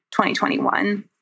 2021